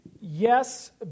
Yes